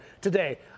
today